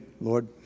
Lord